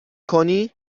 کنی